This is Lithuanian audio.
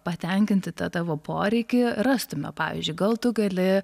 patenkinti tą tavo poreikį rastume pavyzdžiui gal tu gali